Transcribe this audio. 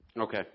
Okay